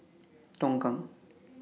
Tongkang